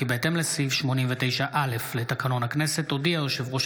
כי בהתאם לסעיף 89(א) לתקנון הכנסת הודיע יושב-ראש